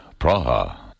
Praha